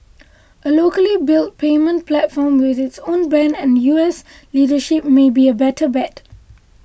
a locally built payments platform with its own brand and U S leadership may be a better bet